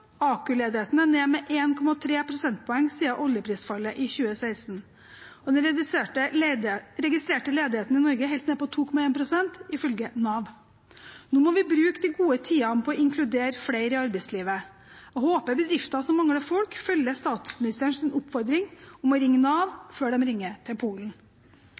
ned med 1,3 prosentpoeng siden oljeprisfallet i 2016. Den registrerte ledigheten i Norge er helt nede på 2,1 pst. ifølge Nav. Nå må vi bruke de gode tidene på å inkludere flere i arbeidslivet. Jeg håper bedrifter som mangler folk, følger statsministerens oppfordring om å ringe Nav før de ringer til Polen.